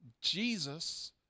Jesus